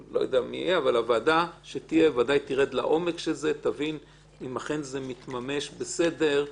הוועדה שתהיה בוודאי תרד לעומק ותבין אם אכן זה מתממש בסדר,